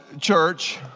Church